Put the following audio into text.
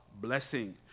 blessing